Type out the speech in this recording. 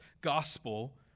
gospel